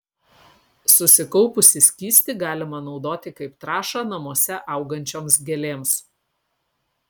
susikaupusį skystį galima naudoti kaip trąšą namuose augančioms gėlėms